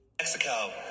Mexico